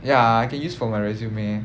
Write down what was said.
ya I can use for my resume